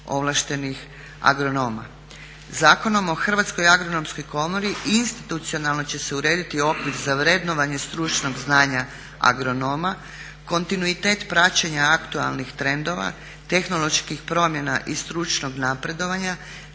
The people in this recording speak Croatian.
ovlaštenih agronoma. Zakonom o Hrvatskoj agronomskoj komori institucionalno će se urediti okvir za vrednovanje stručnog znanja agronoma, kontinuitet praćenja aktualnih trendova, tehnoloških promjena i stručnog napredovanja,